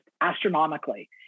astronomically